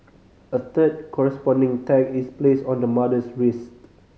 a third corresponding tag is placed on the mother's wrist